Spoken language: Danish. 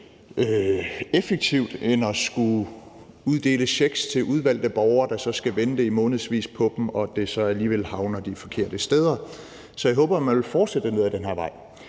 effektivt end at skulle uddele checks til udvalgte borgere, der så skal vente i månedsvis på dem, og så havner de alligevel de forkerte steder. Så jeg håber, man vil fortsætte ned ad den her vej.